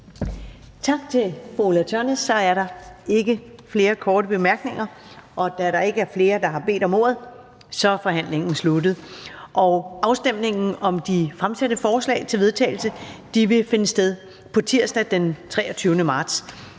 Tak til fru Ulla Tørnæs. Så er der ikke flere korte bemærkninger, og da der er ikke flere, der har bedt om ordet, er forhandlingen sluttet. Afstemningen om de fremsatte forslag til vedtagelse vil finde sted på tirsdag, den 23. marts